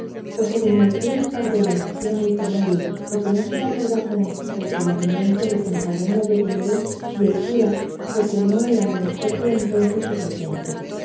puesto que ni el cura ni cardenio quisieron ir con ellos porque no se le acordase a don quijote la pendencia que con cardenio había tenido y el cura porque no era menester por entonces su presencia